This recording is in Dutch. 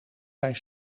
zijn